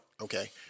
Okay